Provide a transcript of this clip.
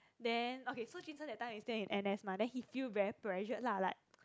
then okay so jun sheng that time he is still in his n_s mah then he feel very pressured lah like